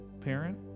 parent